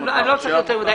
אני לא צריך יותר מדי.